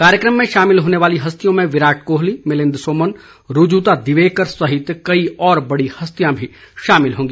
कार्यक्रम में शामिल होने वाली हस्तियों में विराट कोहली मिलिंद सोमन और रूजुता दिवेकर सहित कई और बड़ी हस्तियां भी शामिल होंगी